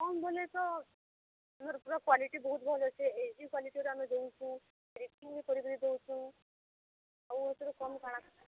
କମ୍ ବୋଇଲେ ତ ଆମର୍ ପୁରା କ୍ଵାଲିଟି ବହୁତ ଭଲ୍ ଅଛେ ଏଜି କ୍ୱାଲିଟିରେ ଆମେ ଦେଉଛୁ ଏଡ଼ିଟିଙ୍ଗ୍ ବି କରିଦେଉଛୁ ଆଉ ଏଥିରୁ କମ୍ କାଣା